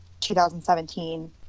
2017